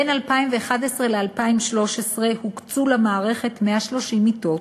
בין 2011 ל-2013 הוקצו למערכת 130 מיטות,